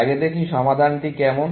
আগে দেখি সমাধানটা কেমন দেখতে কেমন